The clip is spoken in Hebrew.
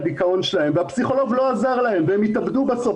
הדיכאון שלהם והפסיכולוג לא עזר להם והם התאבדו בסוף.